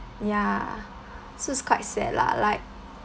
ya so it's quite sad lah like